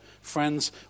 Friends